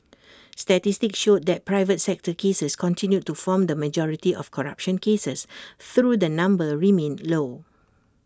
statistics showed that private sector cases continued to form the majority of corruption cases through the number remained low